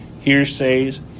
hearsays